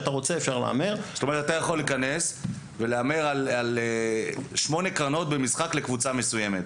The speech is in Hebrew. אתה יכול להיכנס ולהמר על שמונה קרנות במשחק לקבוצה מסוימת.